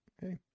hey